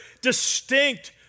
distinct